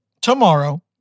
tomorrow